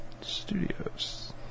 Studios